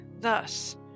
Thus